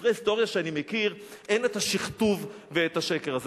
בספרי ההיסטוריה שאני מכיר אין השכתוב והשקר הזה.